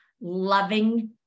loving